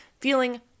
feeling